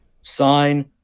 sign